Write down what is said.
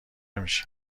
میشی